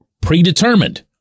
predetermined